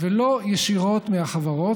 ולא ישירות מהחברות,